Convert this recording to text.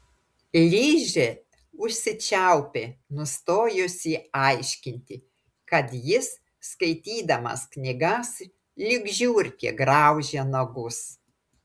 ližė užsičiaupė nustojusi aiškinti kad jis skaitydamas knygas lyg žiurkė graužia nagus